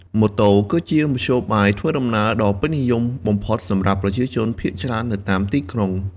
ម៉ូតូ គឺជាមធ្យោបាយធ្វើដំណើរដ៏ពេញនិយមបំផុតសម្រាប់ប្រជាជនភាគច្រើននៅតាមទីក្រុង។